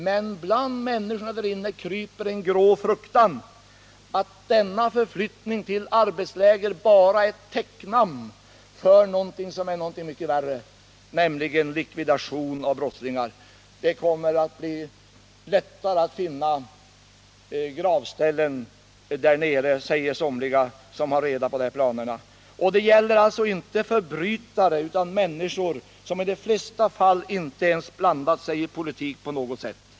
Men hos dessa människor finns en stor fruktan för att denna förflyttning till arbetsläger bara är ett täcknamn för någonting mycket värre, nämligen likvidation av tusentals personer som inte är brottslingar. Det är lättare att finna gravställen vid dessa arbetsläger, säger somliga där nere som känner till dessa planer. Det gäller alltså inte förbrytare utan människor som i de flesta fall inte ens deltagit i något politiskt arbete.